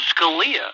scalia